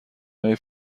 های